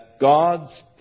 God's